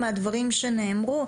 אני חייבת לומר ככה,